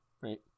right